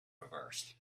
reversed